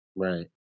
right